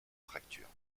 fracture